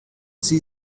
sie